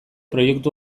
proiektu